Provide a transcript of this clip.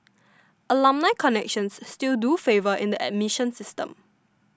alumni connections still do favor in the admission system